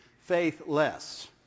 faithless